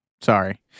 sorry